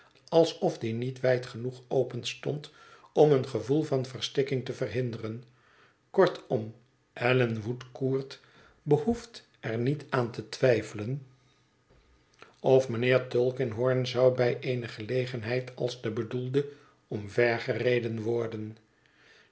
alsof die niet wijd genoeg openstond om een gevoel van verstikking te verhinderen kortom allan woodcourt behoeft er niet aan te twijfelen of mijnheer tulkiiighorn zou bij eene gelegenheid als de bedoelde omvergereden worden